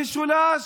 במשולש,